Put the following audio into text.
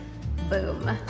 Boom